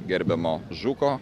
gerbiamo žuko